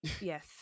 Yes